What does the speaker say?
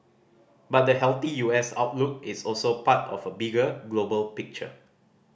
but the healthy U S outlook is also part of a bigger global picture